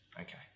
Okay